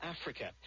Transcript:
Africa